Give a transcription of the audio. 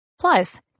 Plus